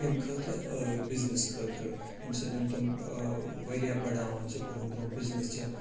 کَمہِ خٲطرٕ بِزنِس خٲطرٕ ییٚمہِ سۭتۍ تِم وارِیاہ بَڑاوان چھِ برٛونٛہہ برٛونٛہہ بِزنِس چھِ